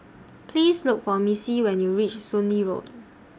Please Look For Missie when YOU REACH Soon Lee Road